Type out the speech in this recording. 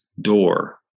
door